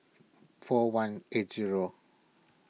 four one eight zero